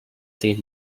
set